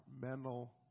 mental